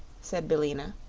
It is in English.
said billina.